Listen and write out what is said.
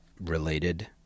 related